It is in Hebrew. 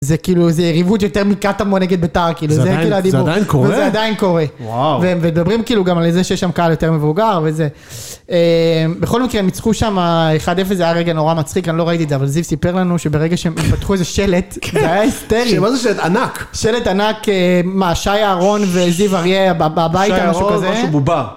זה כאילו זה יריבות יותר מקטמון נגד בית"ר, זה עדיין קורה? וזה עדיין קורה. ומדברים כאילו גם על זה שיש שם קהל יותר מבוגר וזה, בכל מקרה, הם ניצחו שמה 1-0, זה היה רגע נורא מצחיק, אני לא ראיתי את זה, אבל זיו סיפר לנו שברגע שהם פתחו איזה שלט, זה היה היסטרי. שם מה זה שלט? ענק. שלט ענק, מה, שי אהרון וזיו אריה בבית או משהו כזה? שי אהרון משהו בובה.